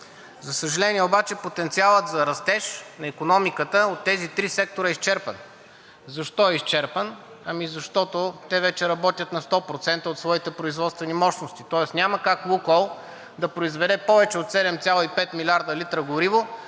За съжаление, потенциалът за растеж на икономиката от тези три сектора е изчерпан. Защо е изчерпан? Защото те вече работят на 100% от своите производствени мощности, тоест няма как „Лукойл“ да произведе повече от 7,5 млрд. литра горива,